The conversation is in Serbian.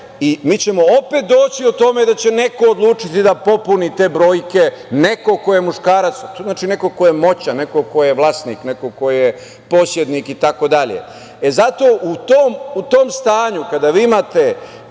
i mi ćemo opet doći o tome da će neko odlučiti da popuni te brojke, neko ko je muškarac, a to znači neko ko je moćan, neko ko je vlasnik, neko ko je posednik itd. Zato u tom stanju kada vi imate